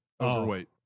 overweight